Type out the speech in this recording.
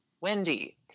Wendy